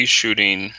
shooting